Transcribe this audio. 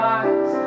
eyes